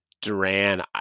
Duran